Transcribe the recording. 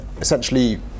essentially